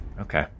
Okay